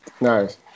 Nice